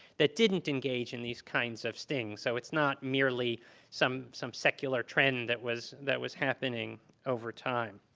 that didn't engage in these kinds of stings. so it's not merely some some secular trend that was that was happening over time.